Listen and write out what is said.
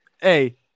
Hey